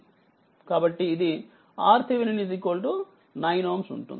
బట్టిఇది RThevenin 9Ω ఉంటుంది